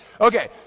okay